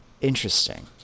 interesting